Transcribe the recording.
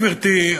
גברתי,